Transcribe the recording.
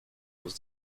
was